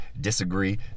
disagree